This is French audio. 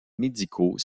médicaux